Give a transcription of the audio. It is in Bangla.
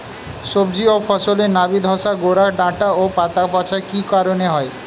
সবজি ও ফসলে নাবি ধসা গোরা ডাঁটা ও পাতা পচা কি কারণে হয়?